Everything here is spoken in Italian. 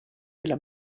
della